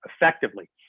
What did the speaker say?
effectively